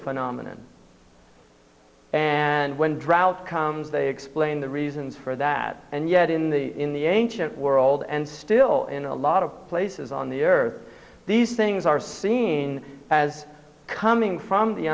phenomenal and when droughts comes they explain the reasons for that and yet in the in the ancient world and still in a lot of places on the earth these things are seen as coming from the